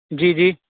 جی جی